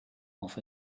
off